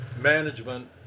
management